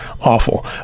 Awful